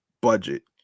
budget